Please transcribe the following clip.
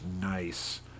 nice